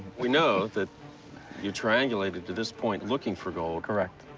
we know that you triangulated to this point looking for gold. correct.